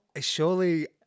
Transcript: surely